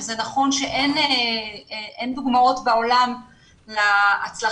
זה נכון שאין דוגמאות בעולם להצלחה